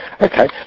Okay